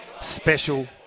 Special